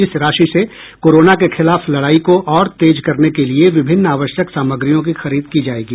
इस राशि से कोरोना के खिलाफ लड़ाई को और तेज करने के लिए विभिन्न आवश्यक सामग्रियों की खरीद की जायेगी